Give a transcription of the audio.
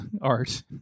art